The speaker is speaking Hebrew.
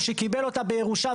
או שקיבל אותה בירושה,